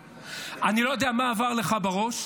לא יודע מה עבר לך בראש.